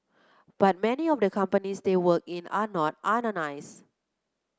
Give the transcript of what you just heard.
but many of the companies they work in are not unionised